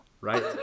right